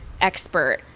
expert